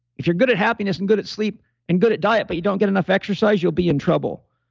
if you're good at happiness and good at sleep and good at diet, but you don't get enough exercise, you'll be in trouble.